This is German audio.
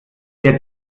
der